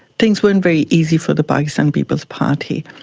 things weren't very easy for the pakistan people's party,